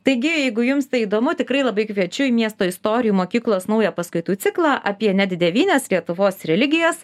taigi jeigu jums tai įdomu tikrai labai kviečiu į miesto istorijų mokyklos naują paskaitų ciklą apie net devynias lietuvos religijas